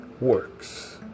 works